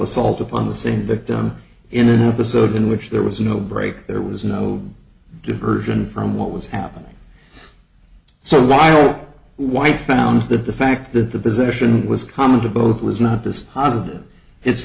assault upon the same victim in an episode in which there was no break there was no diversion from what was happening so while white found that the fact that the position was common to both was not